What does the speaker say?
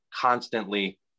constantly